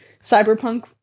Cyberpunk